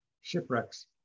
shipwrecks